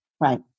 Right